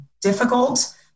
difficult